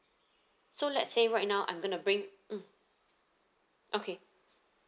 so let's say right now I'm gonna bring mm okay